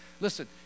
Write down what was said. listen